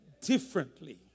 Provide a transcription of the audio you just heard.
differently